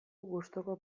gustuko